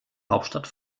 hauptstadt